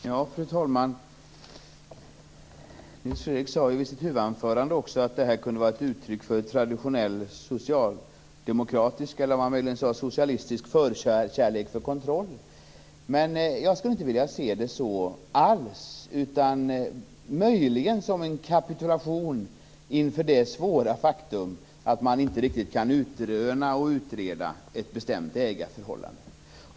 Fru talman! Nils Fredrik Aurelius sade också i sitt huvudanförande att det här kunde vara ett uttryck för en traditionell socialdemokratisk eller socialistisk förkärlek för kontroll. Men jag skulle inte vilja se det så alls utan möjligen som en kapitulation inför det svåra faktum att man inte riktigt kan utröna och utreda ett bestämt ägarförhållande.